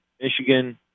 Michigan